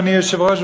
אדוני היושב-ראש,